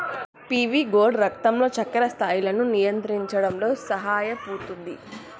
PV gourd రక్తంలో చక్కెర స్థాయిలను నియంత్రించడంలో సహాయపుతుంది